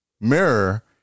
mirror